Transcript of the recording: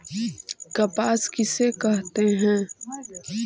कपास किसे कहते हैं?